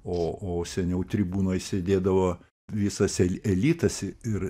o o seniau tribūnoj sėdėdavo visas elitas ir